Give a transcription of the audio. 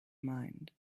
mind